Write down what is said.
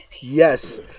Yes